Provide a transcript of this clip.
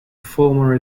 former